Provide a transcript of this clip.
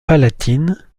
palatine